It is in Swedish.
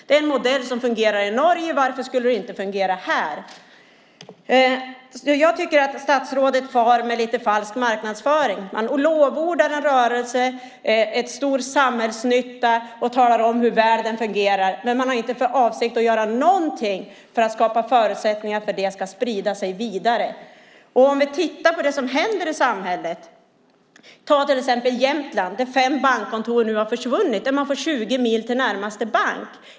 Det är en modell som fungerar i Norge. Varför skulle den då inte fungera här? Statsrådet far med lite falsk marknadsföring. Han lovordar en rörelse, säger att den fungerar väl och är till stor samhällsnytta, men har inte för avsikt att göra någonting för att skapa förutsättningar för den att sprida sig. Låt oss titta på det som händer i samhället. I Jämtland har fem bankkontor försvunnit. Man har nu 20 mil till närmaste bank.